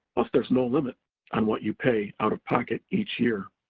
plus, there's no limit on what you pay out of pocket each year.